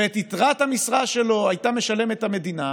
ואת יתרת המשרה שלו הייתה משלמת המדינה,